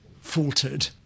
faltered